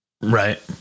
Right